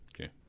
Okay